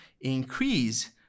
increase